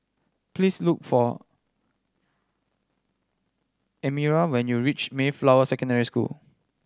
please look for Elmyra when you reach Mayflower Secondary School